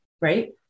Right